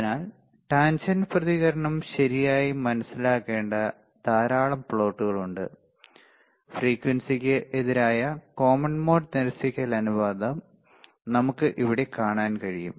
അതിനാൽ ടാൻജെന്റ് പ്രതികരണം ശരിയായി മനസിലാക്കേണ്ട ധാരാളം പ്ലോട്ടുകൾ ഉണ്ട് ഫ്രീക്വൻസിക്ക് എതിരായ കോമൺ മോഡ് നിരസിക്കൽ അനുപാതം നമുക്ക് ഇവിടെ കാണാൻ കഴിയും